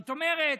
זאת אומרת,